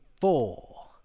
Four